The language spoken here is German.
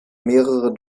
mehrere